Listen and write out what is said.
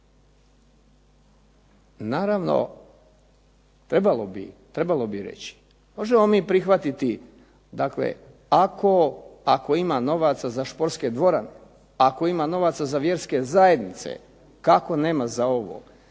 Naravno trebalo bi reći, možemo mi prihvatiti ako ima novaca za športske dvorane, ako ima novaca za vjerske zajednice kako nema za ovo.